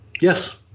Yes